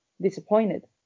disappointed